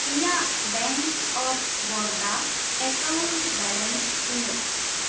ᱤᱧᱟ ᱜ bank of Baroda account balance ᱛᱤᱱᱟᱹᱜ